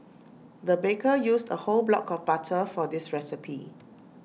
the baker used A whole block of butter for this recipe